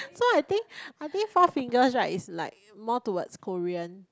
so I think I think Four-Fingers right is like more towards Korean